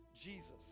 Jesus